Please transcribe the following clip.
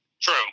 True